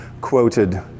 quoted